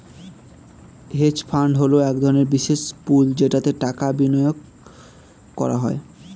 hedge fund হলো এক ধরনের বিশেষ পুল যেটাতে টাকা বিনিয়োগ করা হয়